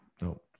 No